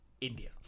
India